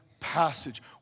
passage